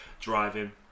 driving